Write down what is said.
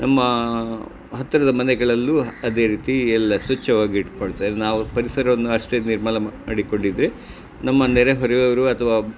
ನಮ್ಮ ಹತ್ತಿರದ ಮನೆಗಳಲ್ಲೂ ಅದೇ ರೀತಿ ಎಲ್ಲ ಸ್ವಚ್ಛವಾಗಿ ಇಟ್ಕೊಳ್ತಾರೆ ನಾವು ಪರಿಸರವನ್ನು ಅಷ್ಟೇ ನಿರ್ಮಲ ಮಾಡಿಕೊಂಡಿ ನಮ್ಮ ನೆರೆಹೊರೆಯವರು ಅಥವಾ